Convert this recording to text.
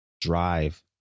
drive